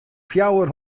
fjouwer